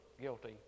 guilty